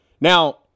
Now